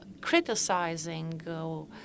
criticizing